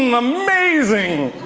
um amazing.